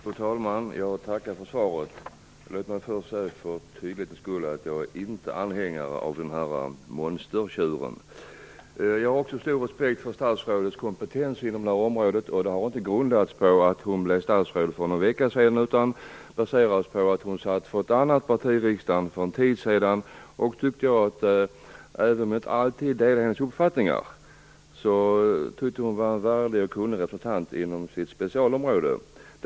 Fru talman! Jag tackar för svaret. Låt mig först för tydlighetens skull säga att jag inte är anhängare av den här monstertjuren. Jag har också stor respekt för statsrådets kompetens inom det här området. Den grundas inte på att hon blev statsråd för några veckor sedan, utan den baseras på att hon satt för ett annat parti i riksdagen för en tid sedan. Även om jag inte alltid delade hennes uppfattningar tyckte jag att hon var en värdig och kunnig representant inom sitt specialområde.